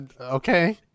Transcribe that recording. Okay